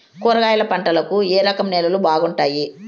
కూరగాయల పంటలకు ఏ రకం నేలలు బాగుంటాయి?